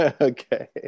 okay